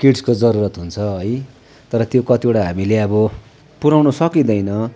किट्सको जरुरत हुन्छ है तर त्यो कतिवटा हामीले अब पुर्याउन सकिँदैन